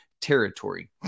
territory